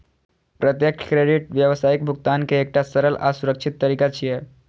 प्रत्यक्ष क्रेडिट व्यावसायिक भुगतान के एकटा सरल आ सुरक्षित तरीका छियै